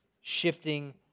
shifting